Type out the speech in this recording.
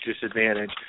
disadvantage